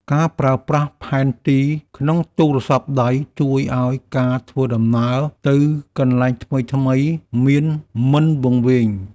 ការប្រើប្រាស់ផែនទីក្នុងទូរស្ទព្ទដៃ ជួយឱ្យការធ្វើដំណើរទៅកន្លែងថ្មីៗមិនវង្វេងផ្លូវ។